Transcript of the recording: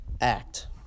act